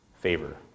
favor